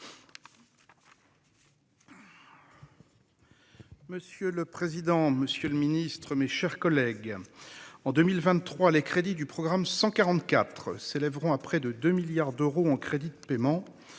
Monsieur le président, monsieur le ministre, mes chers collègues, en 2023, les crédits du programme 144 s'élèveront à près de 2 milliards d'euros en crédits de paiement.